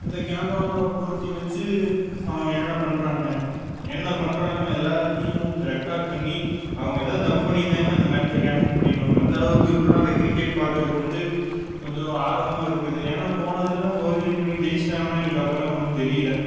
அந்த கேமராவை பொருத்தி வச்சு அவங்க என்னென்ன பண்ணுறாங்க என்னென்ன பண்ணுறாங்கனு எல்லாத்தையும் ரெகார்ட் பண்ணி அவங்க எதாவது தப்பு பண்ணி இருந்தாங்கன்னா அந்த மேட்ச்சை கேன்சல் பண்ணி விடுவாங்க அந்த அளவுக்கு இப்புட் எல்லாம் அந்த கிரிக்கெட் பார்க்குறக்கு வந்து கொஞ்சம் ஆர்வமாக இருக்குது ஏன்னா போன இதுல எல்லாம் ஃபோர்ஜரி பண்ணி ஜெயிச்சி விட்டாங்கன்னா எங்களுக்கு அப்பல்லாம் ஒன்றும் தெரியல